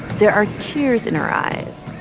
there are tears in her eyes.